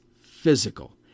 physical